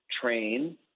train